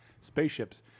spaceships